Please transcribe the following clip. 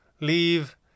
leave